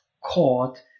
caught